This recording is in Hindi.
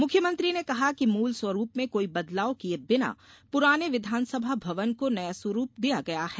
मुख्यमंत्री ने कहा कि मूल स्वरूप में कोई बदलाव किये बिना पुराने विधानसभा भवन को नया स्वरूप दिया गया है